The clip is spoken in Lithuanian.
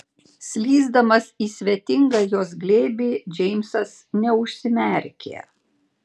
slysdamas į svetingą jos glėbį džeimsas neužsimerkė